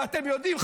ואתם יודעים,